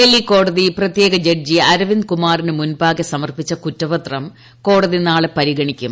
ഡൽഹി കോടതി പ്രത്യേക ജഡ്ജി അരവിന്ദ് കുമാറിനു മുമ്പാകെ സമർപ്പിച്ച കുറ്റപത്രം കോടതി നാളെ പരിഗണിക്കും